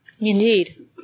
Indeed